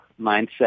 mindset